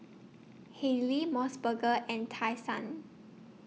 Haylee Mos Burger and Tai Sun